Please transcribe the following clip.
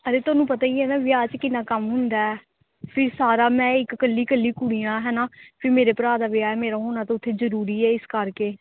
ਨਾਲੇ ਤੁਹਾਨੂੰ ਪਤਾ ਹੀ ਨਾ ਵਿਆਹ 'ਚ ਕਿੰਨਾ ਕੰਮ ਹੁੰਦਾ ਫਿਰ ਸਾਰਾ ਮੈਂ ਇੱਕ ਇਕੱਲੀ ਇਕੱਲੀ ਕੁੜੀ ਹਾਂ ਹੈ ਨਾ ਫਿਰ ਮੇਰੇ ਭਰਾ ਦਾ ਵਿਆਹ ਮੇਰਾ ਹੋਣਾ ਤਾਂ ਉੱਥੇ ਜ਼ਰੂਰੀ ਆ ਇਸ ਕਰਕੇ